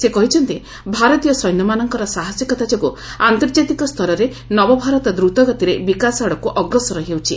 ସେ କହିଛନ୍ତି ଭାରତୀୟ ସୈନ୍ୟମାନଙ୍କର ସାହସିକତା ଯୋଗୁଁ ଆର୍ନ୍ତଜାତିକ ସ୍ତରରେ ନବଭାରତ ଦ୍ରତ ଗତିରେ ବିକାଶ ଆଡକୁ ଅଗ୍ରସର ହେଉଛି